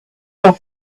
off